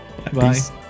-bye